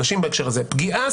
נשים בהקשר הזה פגיעה,